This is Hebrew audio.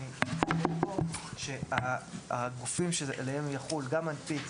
אני אומר שהגופים שעליהם יחול גם מנפיק,